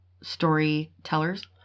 storytellers